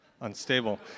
unstable